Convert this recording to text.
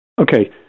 Okay